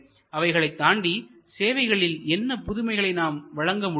அவைகளை தாண்டி சேவைகளில் என்ன புதுமைகளை நாம் வழங்க முடியும்